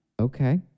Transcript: Okay